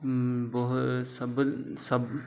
ବହୁ